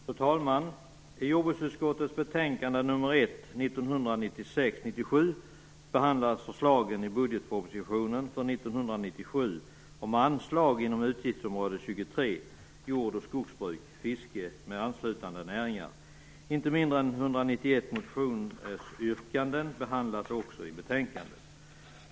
Fru talman! I betänkande 1996/97:JoU1 behandlas förslagen i budgetpropositionen för 1997 om anslag inom utgiftsområde 23 Jord och skogsbruk, fiske med anslutande näringar. Inte mindre än 191 motionsyrkanden behandlas i betänkandet.